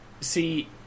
See